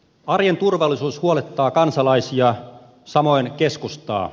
arjen turvallisuus huolettaa kansalaisia samoin keskustaa